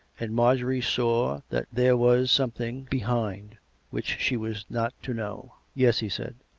and marjorie saw that there was something behind which she was not to know. yes, he said,